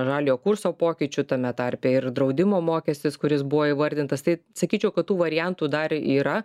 žaliojo kurso pokyčių tame tarpe ir draudimo mokestis kuris buvo įvardintas tai sakyčiau kad tų variantų dar yra